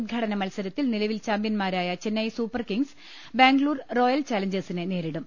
ഉദ്ഘാടന മത്സരത്തിൽ നിലവിൽ ചാമ്പ്യൻമാരായ Chennai super kings Bangalore royal ചലഞ്ചേ ഴ്സിനെ നേരിടും